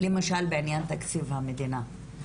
למשל בעניין תקציב המדינה.